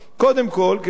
קודם כול, כיוון שהממשלה,